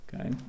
Okay